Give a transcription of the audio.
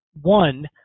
one